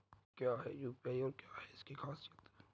क्या है यू.पी.आई और क्या है इसकी खासियत?